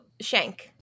Shank